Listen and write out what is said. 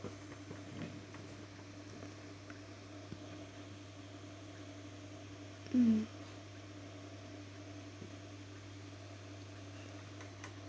mm